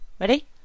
Ready